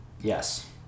Yes